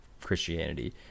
Christianity